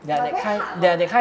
but very hard lah